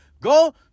Go